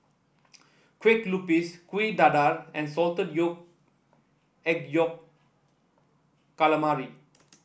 Kueh Lupis Kuih Dadar and salted yolk egg Yolk Calamari